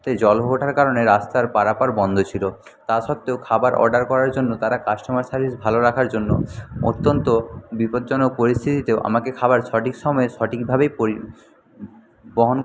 তে জল ওঠার কারণে রাস্তার পারাপার বন্ধ ছিল তা সত্ত্বেও খাবার অর্ডার করার জন্য তারা কাস্টমার সার্ভিস ভালো রাখার জন্য অত্যন্ত বিপদজ্জনক পরিস্থিতিতেও আমাকে খাবার সঠিক সময় সঠিকভাবেই পরিবহন